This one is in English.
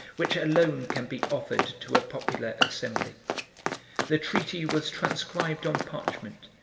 which alone can be offered to a popular assembly the treaty was transcribed on parchment,